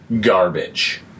garbage